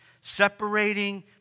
separating